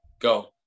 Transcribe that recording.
go